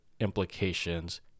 Implications